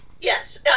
yes